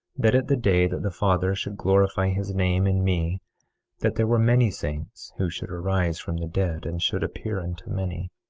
that at the day that the father should glorify his name in me that there were many saints who should arise from the dead, and should appear unto many,